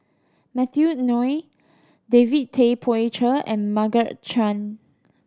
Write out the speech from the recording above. Matthew Ngui David Tay Poey Cher and Margaret Chan